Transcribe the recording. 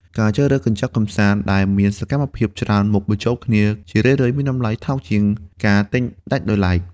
ការជ្រើសរើសកញ្ចប់កម្សាន្តដែលមានសកម្មភាពច្រើនមុខបញ្ចូលគ្នា ជារឿយៗមានតម្លៃថោកជាងការទិញដាច់ដោយឡែក។